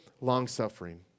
long-suffering